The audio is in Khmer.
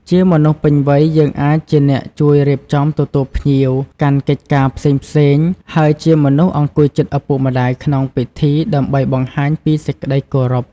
ជាមនុស្សពេញវ័យ យើងអាចជាអ្នកជួយរៀបចំទទួលភ្ញៀវ កាន់កិច្ចការផ្សេងៗ ហើយជាមនុស្សអង្គុយជិតឪពុកម្ដាយក្នុងពិធី ដើម្បីបង្ហាញពីសេចក្ដីគោរព។